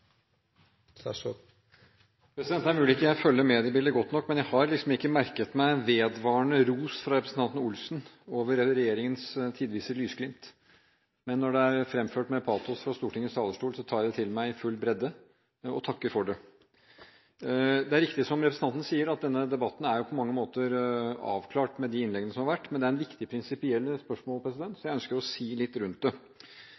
mulig jeg ikke følger godt nok med på mediebildet, men jeg har liksom ikke merket meg vedvarende ros fra representanten Olsen for denne regjeringens tidvise lysglimt. Men når det er fremført med patos fra Stortingets talerstol, tar jeg det til meg i full bredde og takker for det. Det er riktig som representanten sier, at denne debatten på mange måter er avklart med de innleggene som har vært, men det er viktige prinsipielle spørsmål, så jeg ønsker å si litt rundt det.